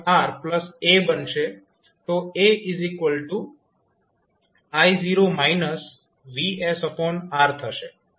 તો AI0 VsR થશે